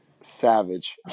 Savage